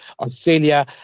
Australia